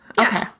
Okay